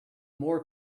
more